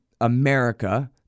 America